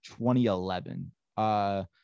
2011